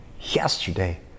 yesterday